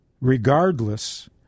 regardless